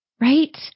Right